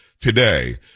today